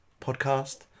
Podcast